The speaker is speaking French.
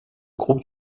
groupe